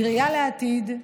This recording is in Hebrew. בראייה לעתיד,